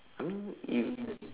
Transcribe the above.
I mean you